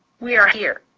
we are here.